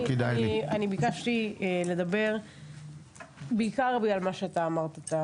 אני ביקשתי לדבר בעיקר בגלל מה שאתה אמרת,